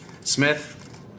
Smith